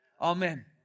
Amen